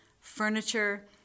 furniture